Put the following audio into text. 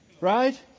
Right